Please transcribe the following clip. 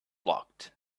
blocked